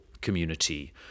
community